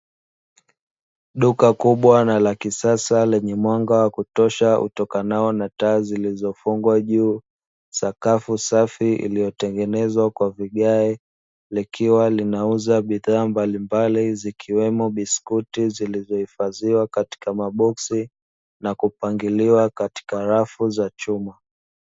Duka kubwa na lakisasa lenye mwanga wa kutosha utokanao na taa zilizofungwa juu sakafu safi iliyotengenezwa kwa vigae, likiwa linauzwa bidhaa mbalimbali zikiwemo biskuti zilizowekwa katika maboksi, na kupangiliwa katika rafu za chuma.